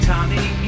Tommy